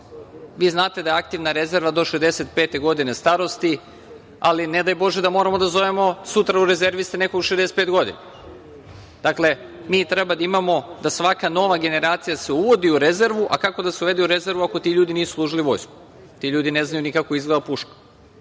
Vi znate da je aktivna rezerva do 65 godine starosti, ali ne daj bože da moramo da zovemo sutra u rezerviste nekog od 65 godina. Dakle, mi treba da imamo da se svaka nova generacija uvodi u rezervu, a kako da se uvede u rezervu ako ti ljudi nisu služili vojsku? Ti ljudi ne znaju ni kako izgleda puška.